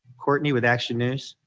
courtney with action news.